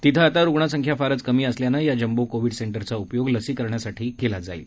तेथे आता रुग्णसंख्या फारच कमी असल्यानं या जम्बो कोविड सेंटरचा उपयोग लसीकरणासाठी करण्यात येणार आहे